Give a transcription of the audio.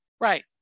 right